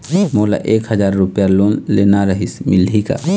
मोला एक हजार रुपया लोन लेना रीहिस, मिलही का?